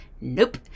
Nope